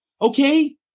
okay